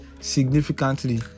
significantly